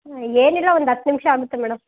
ಏನಿಲ್ಲ ಒಂದು ಹತ್ತು ನಿಮಿಷ ಆಗುತ್ತೆ ಮೇಡಮ್